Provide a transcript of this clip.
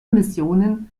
missionen